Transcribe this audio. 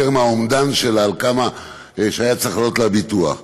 מהאומדן שלה לכמה היה צריך לעלות לה הביטוח.